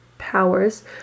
powers